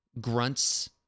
Grunts